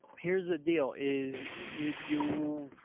here's the deal is you, you,